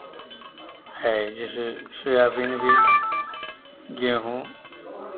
है जैसे सोयाबीन भी गेहूँ